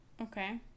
okay